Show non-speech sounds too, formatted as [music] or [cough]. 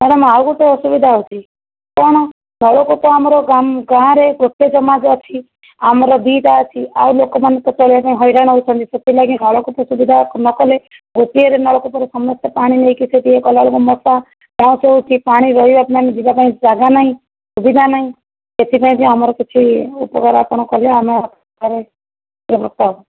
madam ଆଉ ଗୋଟିଏ ଅସୁବିଧା ହେଉଛି କଣ ନଳକୂପ ଆମର ଗାଁରେ ଗୋଟିଏ ସମାନ ଅଛି ଆମର ଦୁଇଟା ଅଛି ଆଉ ଲୋକମାନେ ତ ଚାଳି ପାଇଁ ହଇରାଣ ହେଉଛନ୍ତି ସେଥିଲାଗି ନଳକୂପ ସୁବିଧା ନ କଲେ ଗୋଟିଏରେ ନଳକୂପରୁ ସମସ୍ତେ ପାଣି ନେଇକି ସେଇଠି ଇଏ କଲାବେଳକୁ ସମସ୍ତ [unintelligible] ହେଉଛି ପାଣି ରହିବା ପାଇଁ ଯିବା ପାଇଁ ଜାଗା ନାହିଁ ସୁବିଧା ନାହିଁ ସେଥିପାଇଁ ଯେ ଆମର କିଛି ଉପକାର ଆପଣ କଲେ ଆମ ଘରେ [unintelligible] ହେବୁ